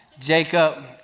Jacob